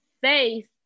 face